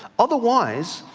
otherwise,